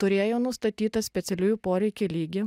turėjo nustatytą specialiųjų poreikių lygį